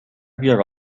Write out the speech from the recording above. بیار